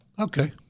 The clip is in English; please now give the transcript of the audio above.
Okay